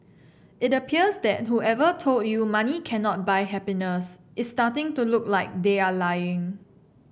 it appears that whoever told you money cannot buy happiness is starting to look like they are lying